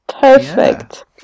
Perfect